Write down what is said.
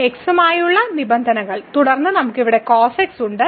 x യുമായുള്ള നിബന്ധനകൾ തുടർന്ന് നമുക്ക് ഇവിടെ cos x ഉണ്ട്